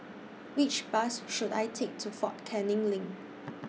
Which Bus should I Take to Fort Canning LINK